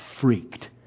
freaked